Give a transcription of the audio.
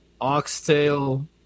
oxtail